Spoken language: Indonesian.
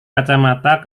kacamata